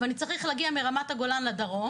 אני צריך להגיע מרמת הגולן לדרום